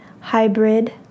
hybrid